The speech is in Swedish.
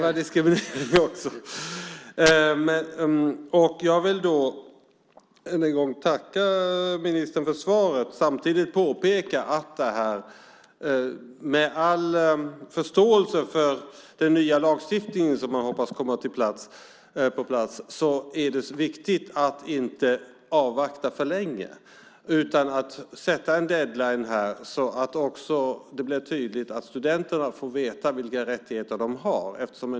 Fru talman! Jag vill än en gång tacka ministern för svaret och samtidigt påpeka, med all förståelse för den nya lagstiftning som man hoppas kommer på plats, att det är viktigt att inte avvakta för länge. Man måste sätta en deadline här så att det blir tydligt att studenterna får veta vilka rättigheter de har.